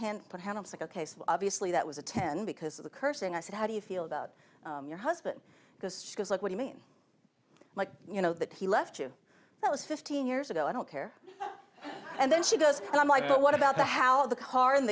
so obviously that was a ten because of the cursing i said how do you feel about your husband because she was like what you mean like you know that he left you that was fifteen years ago i don't care and then she goes and i'm like well what about the how of the car and